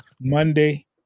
Monday